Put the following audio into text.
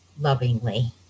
lovingly